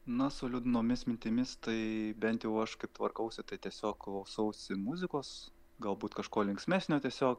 na su liūdnomis mintimis tai bent jau aš kaip tvarkausi tai tiesiog klausausi muzikos galbūt kažko linksmesnio tiesiog